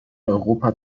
europa